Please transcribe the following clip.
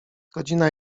godzina